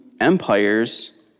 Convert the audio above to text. empires